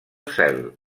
cel